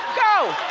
go!